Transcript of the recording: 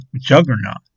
juggernaut